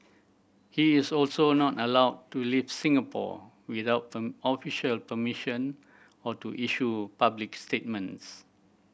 he is also not allowed to leave Singapore without official permission or to issue public statements